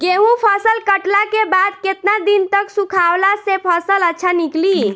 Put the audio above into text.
गेंहू फसल कटला के बाद केतना दिन तक सुखावला से फसल अच्छा निकली?